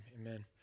amen